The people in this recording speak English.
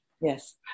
yes